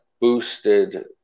boosted